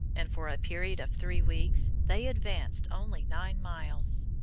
and for a period of three weeks they advanced only nine miles.